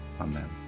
Amen